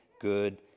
good